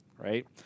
Right